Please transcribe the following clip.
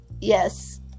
Yes